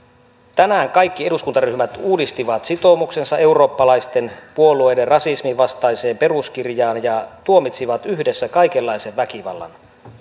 tänään kaikki eduskuntaryhmät uudistivat sitoumuksensa eurooppalaisten puolueiden rasismin vastaiseen peruskirjaan ja tuomitsivat yhdessä kaikenlaisen väkivallan